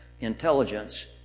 intelligence